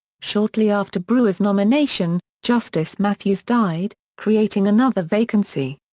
shortly after brewer's nomination, justice matthews died, creating another vacancy.